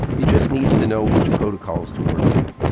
it just needs to know which protocols to work with.